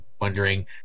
wondering